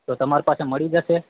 તો તમારી પાસે મળી જશે